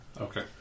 Okay